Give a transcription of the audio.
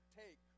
take